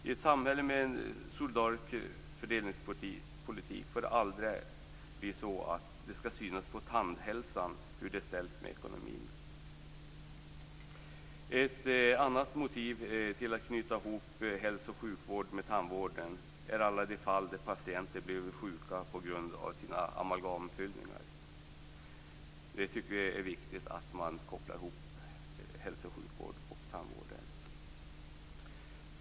I ett samhälle med en solidarisk fördelningspolitik får det aldrig synas på tandhälsan hur det är ställt med ekonomin. Ett annat motiv till att knyta ihop hälso och sjukvården med tandvården är alla de patienter som blivit sjuka på grund av sina amalgamfyllningar. Vi tycker att det är viktigt att man kopplar ihop hälso och sjukvård och tandvård av den anledningen.